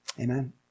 Amen